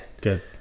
Good